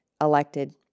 elected